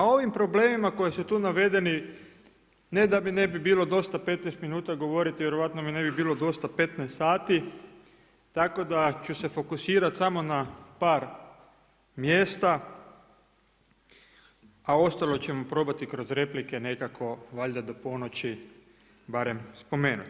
A o ovim problemima koji su tu navedeni ne da mi ne bi bilo dosta 15 minuta govoriti, vjerojatno mi ne bi bilo dosta 15 sati, tako da ću se fokusirati samo na par mjesta, a ostalo ćemo probati kroz replike nekako valjda do ponoći barem spomenuti.